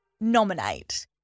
Nominate